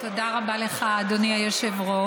תודה רבה לך, אדוני היושב-ראש.